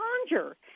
conjure